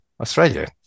Australia